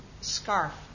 scarf